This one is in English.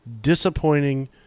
disappointing